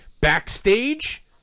Backstage